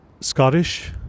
Scottish